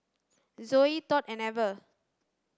Zoey Todd and Ever